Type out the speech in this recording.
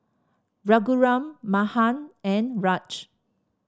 Raghuram Mahan and Raj